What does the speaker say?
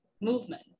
movement